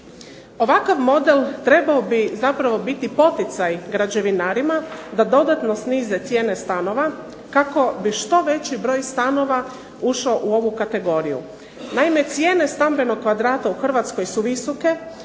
Ovakav model trebao bi zapravo biti poticaj građevinarima da dodatno snize cijene stanova kako bi što veći broj stanova ušao u ovu kategoriju. Naime cijene stambenog kvadrata u Hrvatskoj su visoke